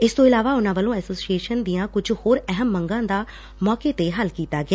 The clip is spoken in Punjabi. ਇਸ ਤੋਂ ਇਲਾਵਾ ਉਨ੍ਹਾਂ ਵੱਲੋਂ ਐਸੋਸੀਏਸ਼ਨ ਦੀਆਂ ਕੁੱਝ ਹੋਰ ਅਹਿਮ ਮੰਗਾਂ ਦਾ ਮੌਕੇ ਤੇ ਹੱਲ ਕੀਤਾ ਗਿਆ